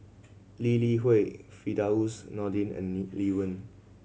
Lee Li Hui Firdaus Nordin and Lee Wen